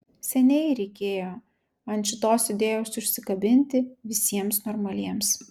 seniai reikėjo ant šitos idėjos užsikabinti visiems normaliems